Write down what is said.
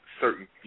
certain